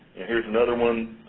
here's another one,